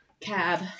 cab